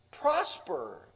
prosper